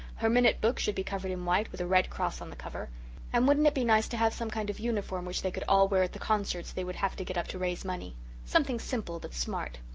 her minute book should be covered in white with a red cross on the cover and wouldn't it be nice to have some kind of uniform which they could all wear at the concerts they would have to get up to raise money something simple but smart?